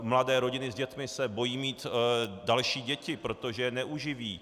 Mladé rodiny s dětmi se bojí mít další děti, protože je neuživí.